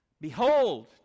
Behold